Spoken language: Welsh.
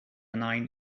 nain